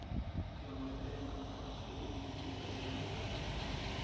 क्या मैं बैंक अवकाश के दिन यू.पी.आई लेनदेन कर सकता हूँ?